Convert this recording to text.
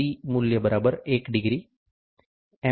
D મૂલ્ય 1° એમ